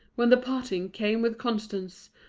when the parting came with constance,